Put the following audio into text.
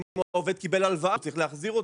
אם העובד קיבל הלוואה הוא צריך להחזיר אותה.